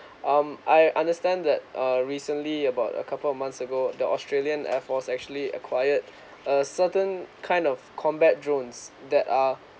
um I understand that uh recently about a couple of months ago the australian air force actually acquired a certain kind of combat drones that are